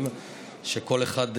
פיתוח כלכלי,